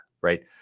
right